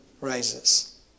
rises